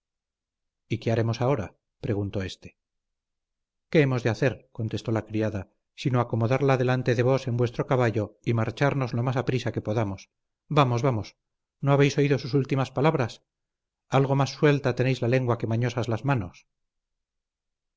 y qué haremos ahora preguntó éste qué hemos de hacer contestó la criada sino acomodarla delante de vos en vuestro caballo y marcharnos lo más aprisa que podamos vamos vamos no habéis oído sus últimas palabras algo más suelta tenéis la lengua que mañosas las manos